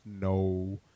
no